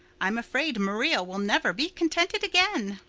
i'm afraid maria will never be contented again.